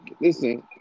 Listen